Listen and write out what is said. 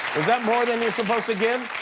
is that more than you're supposed to give?